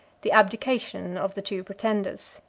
the abdication of the two pretenders,